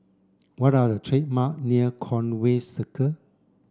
what are the treat mark near Conway Circle